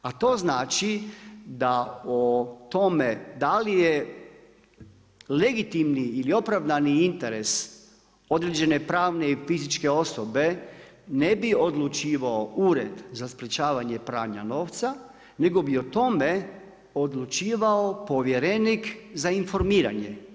A to znači da o tome da li je legitimni ili opravdani interes određene pravne i fizičke osobe, ne bi odlučivao Ured za sprečavanje pranja novca nego bi o tome odlučivao povjerenik za informiranje.